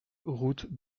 route